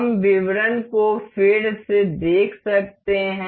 हम विवरण को फिर से देख सकते हैं